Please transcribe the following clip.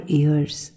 ears